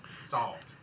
Solved